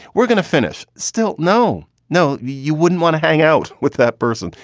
we're gonna finish still. no, no. you wouldn't want to hang out with that person.